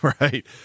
Right